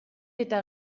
eta